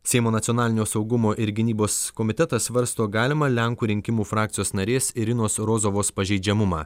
seimo nacionalinio saugumo ir gynybos komitetas svarsto galimą lenkų rinkimų frakcijos narės irinos rozovos pažeidžiamumą